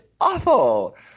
awful